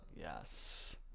Yes